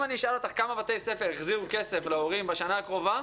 אם אני אשאל אותך כמה בתי ספר יחזירו כסף להורים בשנה הקרובה,